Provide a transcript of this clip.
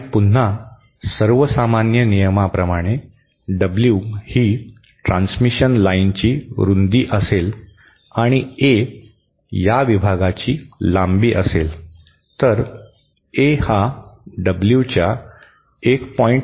आणि पुन्हा सर्वसामान्य नियमाप्रमाणे डब्ल्यू ही ट्रान्समिशन लाइनची रुंदी असेल आणि ए या विभागाची लांबी असेल तर ए हा डब्ल्यूच्या 1